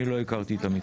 אני לא הכרתי את המתחם.